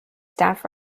staff